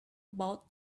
bought